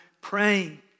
praying